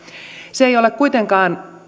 se ei ole kuitenkaan